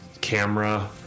camera